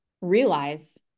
realize